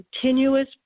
continuous